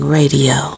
radio